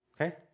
Okay